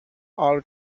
all